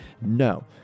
No